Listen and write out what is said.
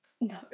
No